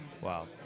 Wow